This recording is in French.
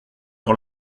sur